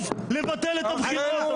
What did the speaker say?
דחוף לבטל את הבחירות,